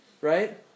right